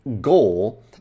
goal